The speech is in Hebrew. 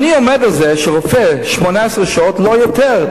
אני עומד על זה שרופא, 18 שעות, לא יותר.